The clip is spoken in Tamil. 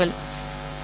சரி